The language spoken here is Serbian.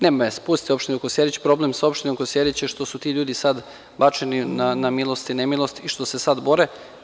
Nema veze, pustite opštinu Kosjerić, problem sa opštinom Kosjerić je što su ti ljudi bačeni na milost i nemilost i što se sada bore.